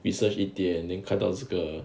we search E_T_F and then cut 到这个